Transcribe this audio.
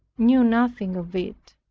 knew nothing of it.